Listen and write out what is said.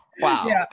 Wow